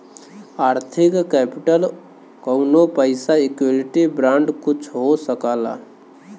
आर्थिक केपिटल कउनो पइसा इक्विटी बांड कुल हो सकला